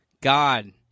God